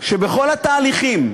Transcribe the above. שבכל התהליכים,